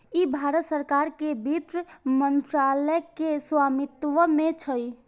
ई भारत सरकार के वित्त मंत्रालय के स्वामित्व मे छै